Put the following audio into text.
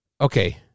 okay